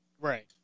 Right